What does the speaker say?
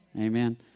Amen